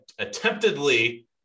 attemptedly